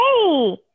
Hey